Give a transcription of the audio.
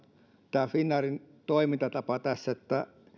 finnairin toimintatavasta tässä että